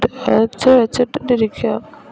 ഒച്ച വച്ചിട്ടിട്ടിരിക്കുക